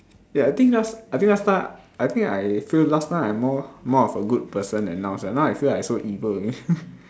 ya I think last I think last time I think I feel last time I'm more more of a good person than now sia now I feel like I so evil only